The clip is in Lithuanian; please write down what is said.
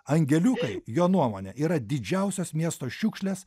angeliukai jo nuomone yra didžiausios miesto šiukšlės